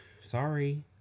sorry